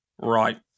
Right